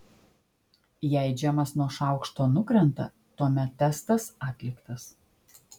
jei džemas nuo šaukšto nukrenta tuomet testas atliktas